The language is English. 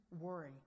worry